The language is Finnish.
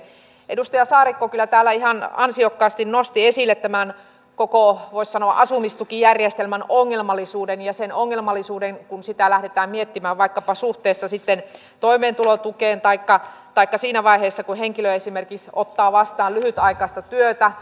edustaja saarikko kyllä täällä ihan ansiokkaasti nosti esille tämän koko voisi sanoa asumistukijärjestelmän ongelmallisuuden ja sen ongelmallisuuden kun sitä lähdetään miettimään vaikkapa suhteessa toimeentulotukeen taikka siinä vaiheessa kun henkilö esimerkiksi ottaa vastaan lyhytaikaista työtä